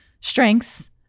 strengths